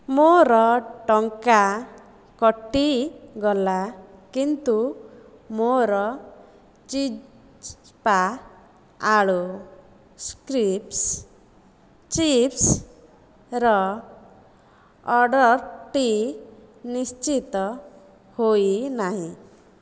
ମୋର ଟଙ୍କା କଟିଗଲା କିନ୍ତୁ ମୋର ଚିଜପ୍ପା ଆଳୁ ସ୍କ୍ରୀସ୍ପ ଚିପ୍ସର ଅର୍ଡ଼ରଟି ନିଶ୍ଚିତ ହୋଇ ନାହିଁ